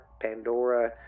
Pandora